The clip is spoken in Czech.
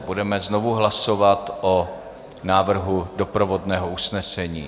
Budeme znovu hlasovat o návrhu doprovodného usnesení.